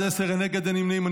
נגד, אין נמנעים.